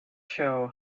show